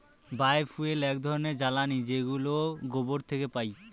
বায় fuel এক ধরনের জ্বালানী যেগুলো গোবর থেকে পাই